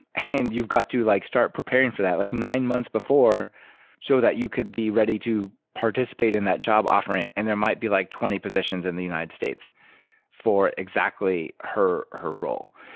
and you've got to like start preparing for that like nine months before so that you could be ready to participate in that job offering. and there might be like twenty positions in the united states for exactly her her role.